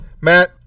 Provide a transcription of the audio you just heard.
Matt